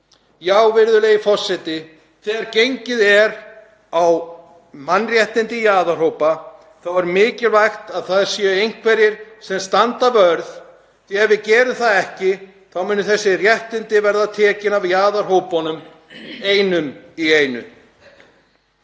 Virðulegi forseti. Þegar gengið er á mannréttindi jaðarhópa er mikilvægt að það séu einhverjir sem standa vörð því að ef við gerum það ekki þá munu þessi réttindi verða tekin af jaðarhópunum, einum í einu.